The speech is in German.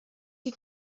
die